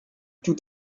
tout